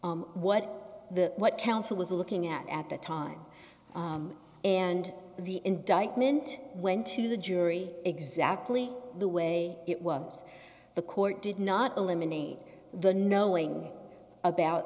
what the what counsel was looking at at the time and the indictment went to the jury exactly the way it was the court did not eliminate the knowing about